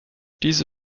diese